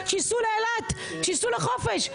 שיסעו לאילת, שיסעו לחופש.